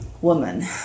Woman